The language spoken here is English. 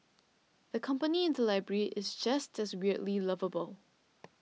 the company in the library is just as weirdly lovable